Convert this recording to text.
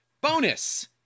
Bonus